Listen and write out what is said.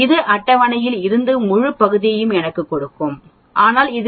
இது அட்டவணையில் இருந்து முழுப் பகுதியையும் எனக்குக் கொடுக்கும் ஆனால் இதிலிருந்து 0